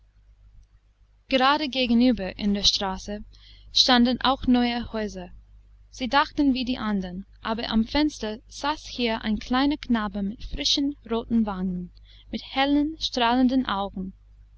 gerade gegenüber in der straße standen auch neue häuser sie dachten wie die andern aber am fenster saß hier ein kleiner knabe mit frischen roten wangen mit hellen strahlenden augen